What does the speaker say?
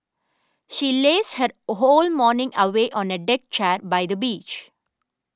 she lazed her a whole morning away on a deck chair by the beach